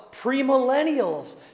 premillennials